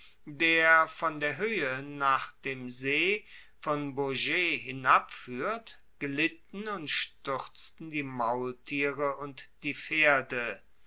der von der hoehe nach dem see von bourget hinabfuehrt glitten und stuerzten die maultiere und die pferde